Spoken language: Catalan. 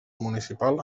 municipal